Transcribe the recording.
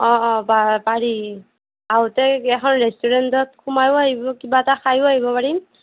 অঁ অঁ পাৰি আহোঁতে এখন ৰেষ্টুৰেণ্টত সোমায়ো আহিব কিবা এটা খায়ো আহিব পাৰিম